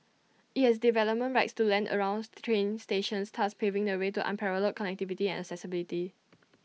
IT has development rights to land around train stations thus paving the way to unparalleled connectivity and accessibility